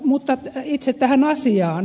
mutta itse tähän asiaan